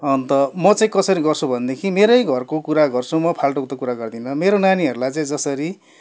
अन्त म चाहिँ कसरी गर्छु भन्देखि मेरै घरको कुरा गर्छु म फाल्टुको त कुरा गर्दिनँ मेरो नानीहरूलाई चाहिँ जसरी